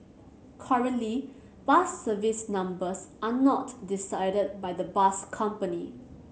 currently bus service numbers are not decided by the bus company